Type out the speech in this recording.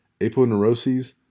aponeuroses